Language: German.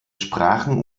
sprachen